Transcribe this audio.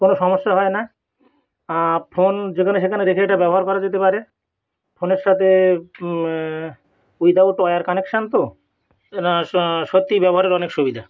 কোনও সমস্যা হয় না আর ফোন যেখানে সেখানে রেখে এটা ব্যবহার করা যেতে পারে ফোনের সাথে উইদাউট ওয়্যার কানেকশন তো না সত্যি ব্যবহারের অনেক সুবিধা